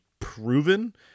proven